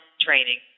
training